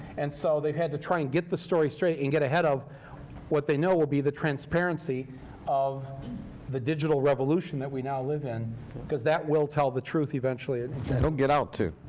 and so they've had to try and get the story straight and get ahead of what they know will be the transparency of the digital revolution that we now live in because that will tell the truth eventually. lee it will get out, too.